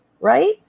right